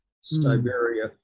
Siberia